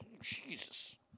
Jesus